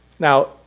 Now